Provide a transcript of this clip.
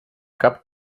cap